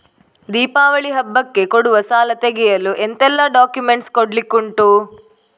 ದೀಪಾವಳಿ ಹಬ್ಬಕ್ಕೆ ಕೊಡುವ ಸಾಲ ತೆಗೆಯಲು ಎಂತೆಲ್ಲಾ ಡಾಕ್ಯುಮೆಂಟ್ಸ್ ಕೊಡ್ಲಿಕುಂಟು?